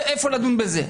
ואיפה לדון בזה.